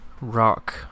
rock